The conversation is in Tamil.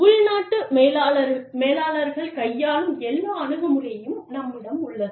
உள் நாட்டு மேலாளர்கள் கையாளும் எல்லா அணுகுமுறையும் நம்மிடம் உள்ளது